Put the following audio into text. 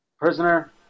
Prisoner